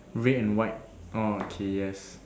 red and white orh okay yes